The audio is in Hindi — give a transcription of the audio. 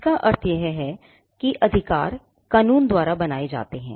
इसका अर्थ यह है कि अधिकार कानून द्वारा बनाए जाते हैं